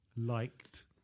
Liked